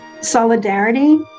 solidarity